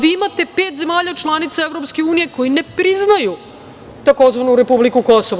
Vi imate pet zemalja članica EU koje ne priznaju tzv. republiku Kosovo.